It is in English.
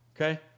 Okay